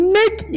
make